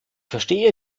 verstehe